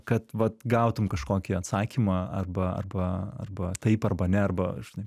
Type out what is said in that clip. kad vat gautum kažkokį atsakymą arba arba arba taip arba ne arba žinai